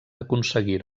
aconseguir